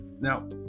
Now